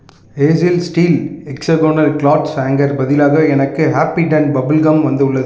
ஹேஜிஎல் steel hexagonal cloth ஹேங்கருக்கு பதிலாக எனக்கு ஹேப்பிடென்ட் பபிள் கம் வந்துள்ளது